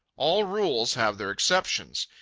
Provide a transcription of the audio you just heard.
all rules have their exceptions.